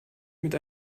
mit